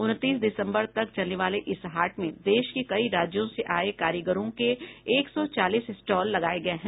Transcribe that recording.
उनतीस दिसम्बर तक चलने वाले इस हाट में देश के कई राज्यों से आये कारीगरों के एक सौ चालीस स्टॉल लगाये गये हैं